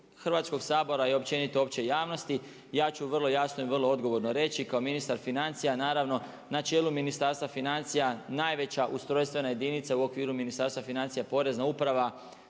Hrvatskog sabora i općenito opće javnosti. Ja ću vrlo jasno i vrlo odgovorno reći kao ministar financija, naravno na čelu Ministarstva financija najveća ustrojstvena jedinica u okviru Ministarstva financija Porezna uprava